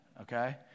okay